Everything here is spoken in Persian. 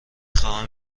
خواهم